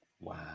wow